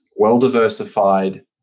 well-diversified